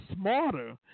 smarter